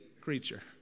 creature